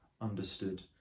understood